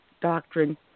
doctrine